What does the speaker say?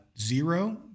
zero